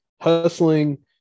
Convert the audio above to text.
hustling